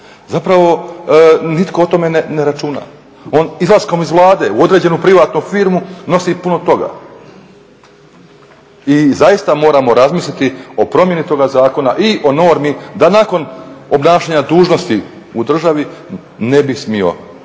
servis nitko o tome ne računa. On izlaskom iz Vlade u određenu privatnu firmu nosi puno toga. I zaista moramo razmisliti o promjeni toga zakona i o normi da nakon obnašanja dužnosti u državi ne bi smio